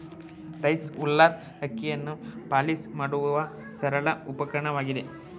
rice huller ಅಕ್ಕಿಯನ್ನು polish ಮಾಡುವ ಸರಳ ಉಪಕರಣವಾಗಿದೆ